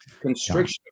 constriction